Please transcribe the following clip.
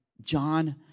John